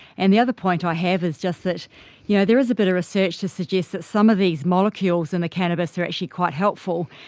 and the other point i have is just that yeah there is a bit of research to suggest that some of these molecules in the cannabis are actually quite helpful,